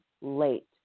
late